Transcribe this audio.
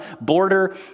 border